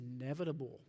inevitable